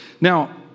Now